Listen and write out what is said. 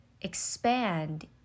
expand